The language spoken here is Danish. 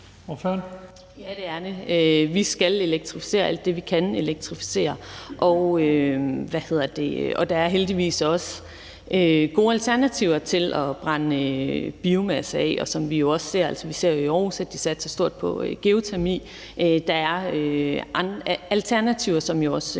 Ja, det er det. Vi skal elektrificere alt det, vi kan elektrificere. Der er heldigvis også gode alternativer til at brænde biomasse af. Vi ser jo i Aarhus, at de satser stort på geotermi. Der er alternativer, som jo også